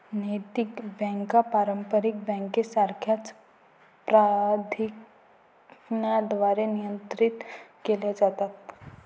नैतिक बँका पारंपारिक बँकांसारख्याच प्राधिकरणांद्वारे नियंत्रित केल्या जातात